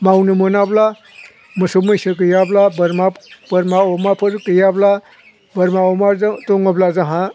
मावनो मोनाब्ला मोसौ मैसो गैयाब्ला बोरमा अमाफोर गैयाब्ला बोरमा अमा दङब्ला जोंहा